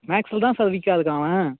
மேக்ஸில் தான் சார் வீக்காக இருக்கான் அவன்